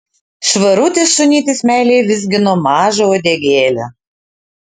švarutis šunytis meiliai vizgino mažą uodegėlę